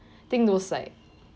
think those like